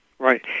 Right